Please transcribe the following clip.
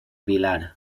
vilar